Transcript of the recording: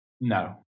no